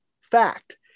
fact